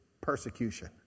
persecution